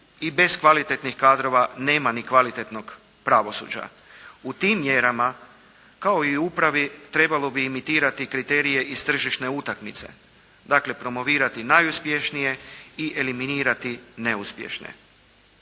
i bez kvalitetnih kadrova nema ni kvalitetnog pravosuđa. U tim mjerama kao i u upravi trebalo bi imitirati kriterije iz tržišne utakmice. Dakle, promovirati najuspješnije i eliminirati neuspješne.